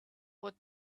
put